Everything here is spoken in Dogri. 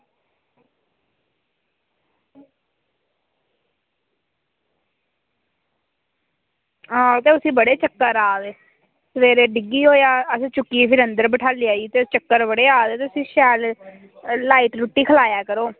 आं ते उसी बड़े चक्कर आ दे सबेरै डिग्गी होया चक्कर खाइयै ते चक्कर बड़े आवा दे ते उसी शैल लाईट रुट्टी खलाया करो